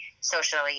Socially